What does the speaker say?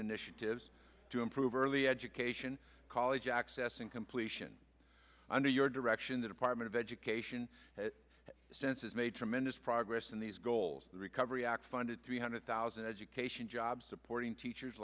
initiatives to improve early education college access and completion under your direction the department of education sense has made tremendous progress in these goals the recovery act funded three hundred thousand education jobs supporting teachers